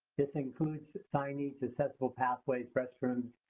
this includes finding successful pathways, restrooms,